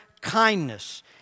kindness